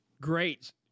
great